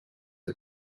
are